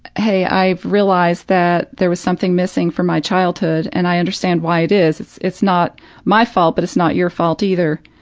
hey, i've realized that there was something missing from my childhood and i understand why it is it's it's not my fault but it's not your fault either,